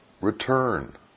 return